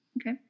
Okay